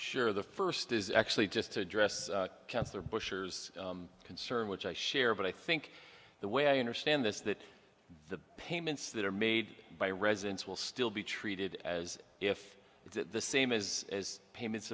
sure the first is actually just to address cancer bush or concern which i share but i think the way i understand this that the payments that are made by residents will still be treated as if it's the same as payments